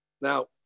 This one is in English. Now